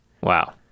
Wow